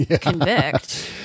convict